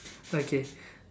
okay